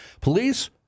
police